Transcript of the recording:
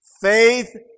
Faith